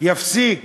יפסיק